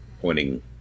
pointing